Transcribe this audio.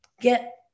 get